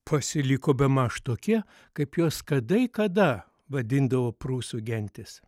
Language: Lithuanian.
pasiliko bemaž tokie kaip juos kadai kada vadindavo prūsų gentys